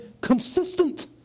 consistent